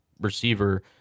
receiver